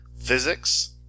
Physics